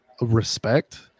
respect